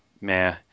meh